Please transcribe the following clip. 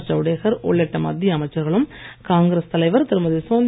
பிரகாஷ் ஜவ்டேக்கர் உள்ளிட்ட மத்திய அமைச்சர்களும் காங்கிரஸ் தலைவர் திருமதி